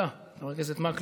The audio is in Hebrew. יצא, חבר הכנסת מקלב?